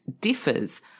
differs